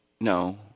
No